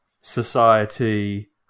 society